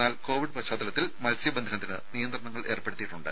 എന്നാൽ കോവിഡ് പശ്ചാത്തലത്തിൽ മത്സ്യ ബന്ധനത്തിന് നിയന്ത്രണങ്ങൾ ഏർപ്പെടുത്തിയിട്ടുണ്ട്